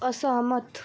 असहमत